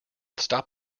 stop